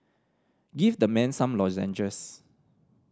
give the man some lozenges